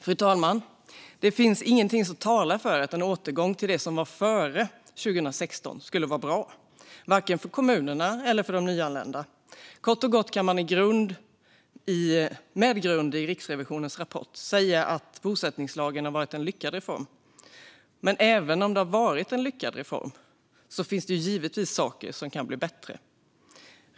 Fru talman! Det finns ingenting som talar för att en återgång till det som var före 2016 skulle vara bra, varken för kommunerna eller för de nyanlända. Kort och gott kan man med grund i Riksrevisionens rapport säga att bosättningslagen varit en lyckad reform. Men även om det är en lyckad reform finns det givetvis saker som kan bli bättre.